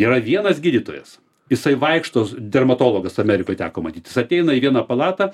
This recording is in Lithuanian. yra vienas gydytojas jisai vaikšto dermatologas amerikoj teko matyt jis ateina į vieną palatą